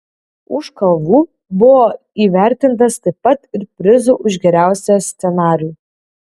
už kalvų buvo įvertintas taip pat ir prizu už geriausią scenarijų